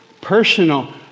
Personal